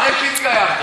אחרי שהתגיירת.